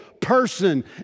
Person